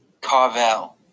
Carvel